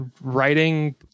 writing